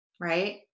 right